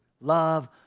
Love